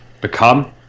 become